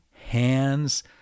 hands